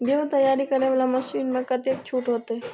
गेहूं तैयारी करे वाला मशीन में कतेक छूट होते?